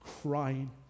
crying